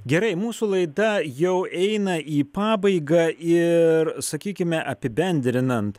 gerai mūsų laida jau eina į pabaigą ir sakykime apibendrinant